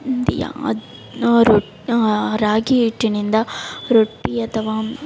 ಯಾದ್ ರೊ ರಾಗಿ ಹಿಟ್ಟಿನಿಂದ ರೊಟ್ಟಿ ಅಥವಾ